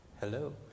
Hello